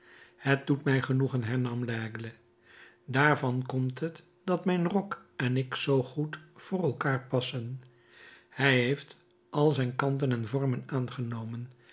het doet mij genoegen hernam laigle daarvan komt het dat mijn rok en ik zoo goed voor elkaar passen hij heeft al mijn kanten en vormen aangenomen